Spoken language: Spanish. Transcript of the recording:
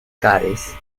cáliz